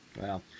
Wow